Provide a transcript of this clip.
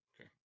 Okay